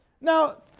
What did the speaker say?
Now